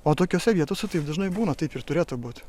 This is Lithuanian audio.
o tokiose vietose taip dažnai būna taip ir turėtų būti